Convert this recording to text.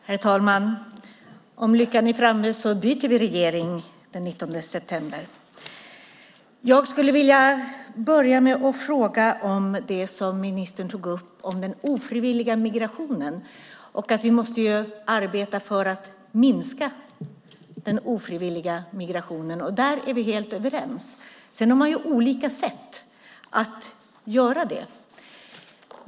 Herr talman! Om lyckan är framme byter vi regering den 19 september. Jag skulle vilja börja med att fråga om det som ministern tog upp om den ofrivilliga migrationen och att vi måste arbeta för att minska den ofrivilliga migrationen. Där är vi helt överens. Sedan har man olika sätt att göra det.